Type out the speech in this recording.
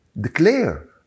Declare